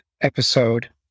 episode